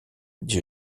dit